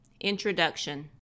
Introduction